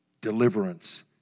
Deliverance